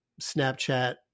Snapchat